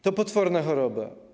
To potworna choroba.